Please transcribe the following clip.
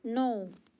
ਨੌ